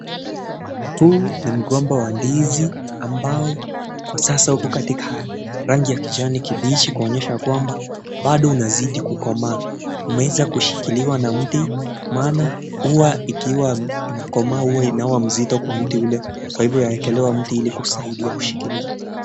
Huu ni mgomba wa ndizi ambao kwa sasa uko katika rangi ya kijani kibichi kuonyesha kwamba bado unazidi kukomaa umeweza kushikiliwa na mti maana huwa ikiwa imekomaa inakuwa mzito kwa hivyo unawekewa mti ili uweze kushikilia.